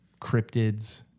cryptids